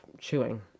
chewing